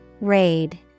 Raid